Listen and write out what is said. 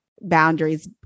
boundaries